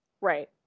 Right